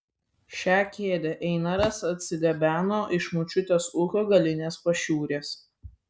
šią kėdę einaras atsigabeno iš močiutės ūkio galinės pašiūrės